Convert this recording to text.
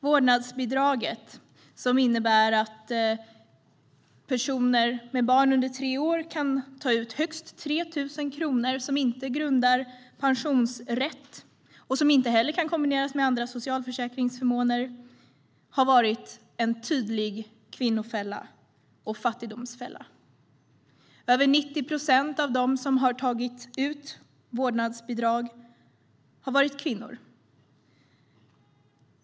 Vårdnadsbidraget innebär att personer med barn under tre år kan ta ut högst 3 000 kronor som inte grundar pensionsrätt och inte heller kan kombineras med andra socialförsäkringsförmåner. Det har varit en tydlig kvinnofälla och fattigdomsfälla. Över 90 procent av dem som har tagit ut vårdnadsbidrag har varit kvinnor.